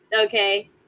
Okay